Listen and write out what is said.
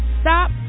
Stop